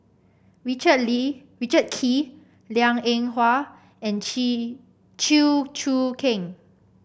Richard Richard Kee Liang Eng Hwa and Chew Choo Keng